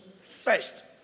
first